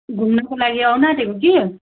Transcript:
घुम्नको लागि आउनु आँटेको कि